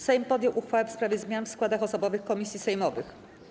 Sejm podjął uchwałę w sprawie zmian w składach osobowych komisji sejmowych.